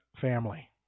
family